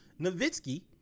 Nowitzki